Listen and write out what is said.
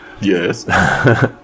Yes